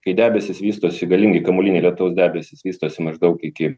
kai debesys vystosi galingi kamuoliniai lietaus debesys vystosi maždaug iki